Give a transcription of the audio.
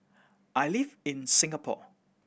I live in Singapore